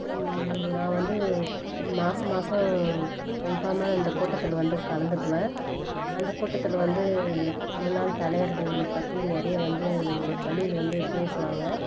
நான் வந்து மாசம் மாசம் கன்ஃபார்மாக இந்த கூட்டத்தில் வந்து கலந்துக்குவேன் அந்த கூட்டத்தில் வந்து முன்னாள் தலைவர்கள் பற்றி நிறைய வந்து பள்ளியில் வந்து பேசுவாங்க